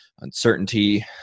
uncertainty